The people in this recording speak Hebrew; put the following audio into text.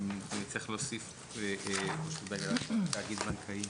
נצטרך להוסיף בתאגיד בנקאי.